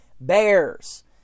bears